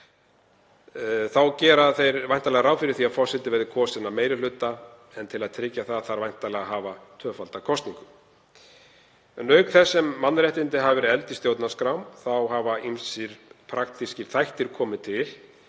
Þá gera þeir væntanlega ráð fyrir að forseti verði kosinn af meiri hluta en til að tryggja það þarf væntanlega að hafa tvöfalda kosningu. Auk þess sem mannréttindi hafa verið efld í stjórnarskrá hafa ýmsir praktískir þættir komið til.